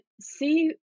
see